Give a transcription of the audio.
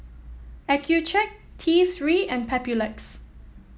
Accucheck T Three and Papulex